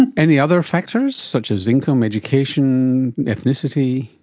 and any other factors such as income, education, ethnicity?